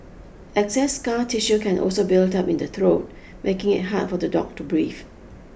excess scar tissue can also build up in the throat making it hard for the dog to breathe